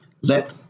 Let